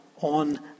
on